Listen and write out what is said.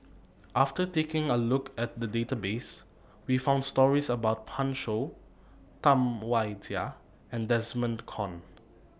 after taking A Look At The Database We found stories about Pan Shou Tam Wai Jia and Desmond Kon